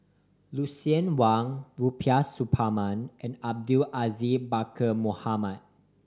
Lucien Wang Rubiah Suparman and Abdul Aziz Pakkeer Mohamed